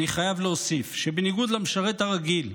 אני חייב להוסיף שבניגוד למשרת הרגיל,